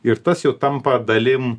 ir tas jau tampa dalim